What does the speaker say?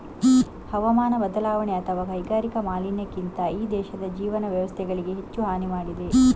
ಹವಾಮಾನ ಬದಲಾವಣೆ ಅಥವಾ ಕೈಗಾರಿಕಾ ಮಾಲಿನ್ಯಕ್ಕಿಂತ ಈ ದೇಶದ ಜೀವನ ವ್ಯವಸ್ಥೆಗಳಿಗೆ ಹೆಚ್ಚು ಹಾನಿ ಮಾಡಿದೆ